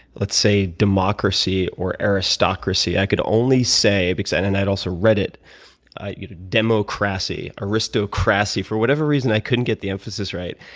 let's say, democracy or aristocracy. i could only say because and and i had also read it you know demo-cracy, aristo cracy. for whatever reason, i couldn't get the emphasis right.